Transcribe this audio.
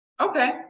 Okay